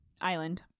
Island